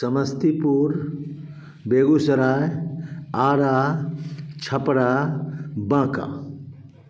Samastipur Begusarai Ara Chhapra Banka